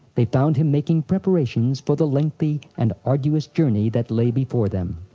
they found him making preparations for the lengthy and arduous journey that lay before them.